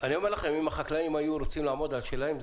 אם החקלאים היו רוצים לעמוד על שלהם,